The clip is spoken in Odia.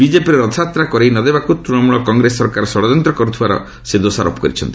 ବିଜେପିର ରଥଯାତ୍ରା କରାଇ ନ ଦେବାକୁ ତ୍ତ୍ଣମ୍ବଳ କଂଗ୍ରେସ ସରକାର ଷଡ଼ଯନ୍ତ କରୁଥିବାର ସେ ଦୋଷାରୋପ କରିଛନ୍ତି